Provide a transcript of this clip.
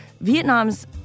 Vietnam's